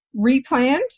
replanned